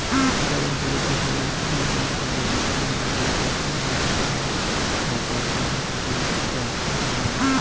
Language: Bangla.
পোকা বংশবৃদ্ধি করে বুলি লোম কাটার মরসুমের আগত তার ঠ্যাঙ, নিতম্ব, মাথার লোম কাটি দ্যাওয়াং